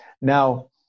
Now